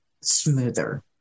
smoother